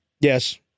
yes